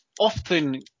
Often